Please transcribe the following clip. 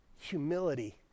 Humility